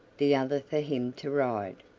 the other for him to ride.